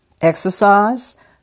exercise